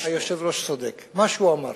היושב-ראש צודק, מה שהוא אמר.